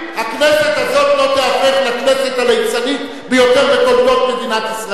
הכנסת הזאת לא תיהפך לכנסת הליצנית ביותר בתולדות מדינת ישראל.